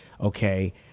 Okay